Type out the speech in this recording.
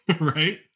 right